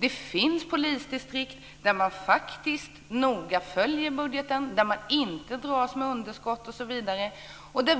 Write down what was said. Det finns polisdistrikt där man faktiskt noga följer budgeten, där man inte dras med underskott osv.